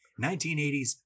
1980s